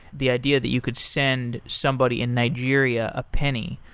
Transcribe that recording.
the idea that you could send somebody in nigeria, a penny,